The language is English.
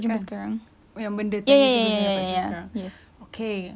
kan yang benda tu dapat jumpa sekarang okay